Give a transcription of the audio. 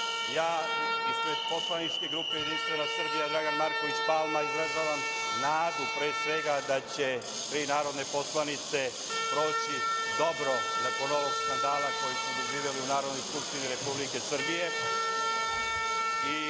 ispred poslaničke grupe Jedinstvena Srbija – Dragan Marković Palma izražavam nadu pre svega da će tri narodne poslanice proći dobro nakon ovog skandala koji smo doživeli u Narodnoj skupštini Republike Srbije. Takođe